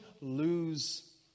lose